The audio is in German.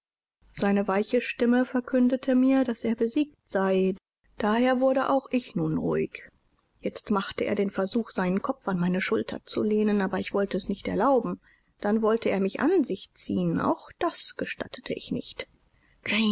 seine weiche stimme verkündete mir daß er besiegt sei daher wurde auch ich nun ruhig jetzt machte er den versuch seinen kopf an meine schulter zu lehnen aber ich wollte es nicht erlauben dann wollte er mich an sich ziehen auch das gestattete ich nicht